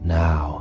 now